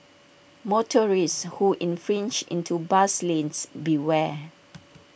motorists who infringe into bus lanes beware